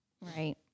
Right